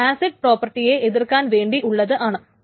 ഇത് ആസിഡ് പ്രോപ്പർട്ടിയെ എതിർക്കാൻ വേണ്ടി ഉള്ളതാണ്